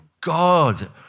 God